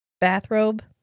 bathrobe